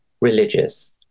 religious